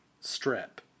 strip